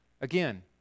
Again